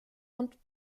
und